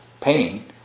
pain